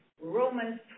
Romans